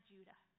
Judah